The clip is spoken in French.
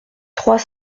trois